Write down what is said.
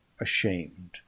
ashamed